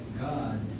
God